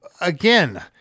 Again